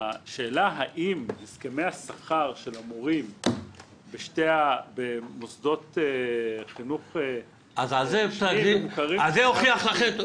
השאלה האם הסכמי השכר של ההורים במוסדות חינוך --- אז זה הוכיח לכם.